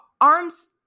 arms